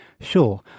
Sure